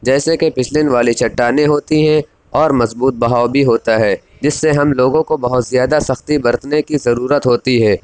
جیسے کہ پھسلن والی چٹانیں ہوتی ہیں اور مضبوط بہاؤ بھی ہوتا ہے جس سے ہم لوگوں کو بہت زیادہ سختی برتنے کی ضرورت ہوتی ہے